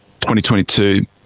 2022